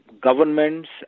governments